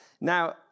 Now